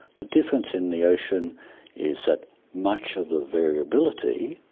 the difference in the ocean is that much of the variability,